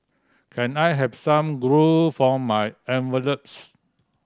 can I have some glue for my envelopes